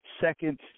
second